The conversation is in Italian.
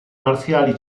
marziali